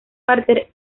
parte